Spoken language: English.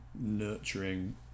nurturing